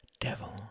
devil